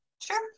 Sure